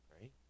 Right